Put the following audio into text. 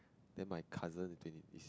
then my cousin is twenty